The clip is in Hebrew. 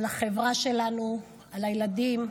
על החברה שלנו, על הילדים.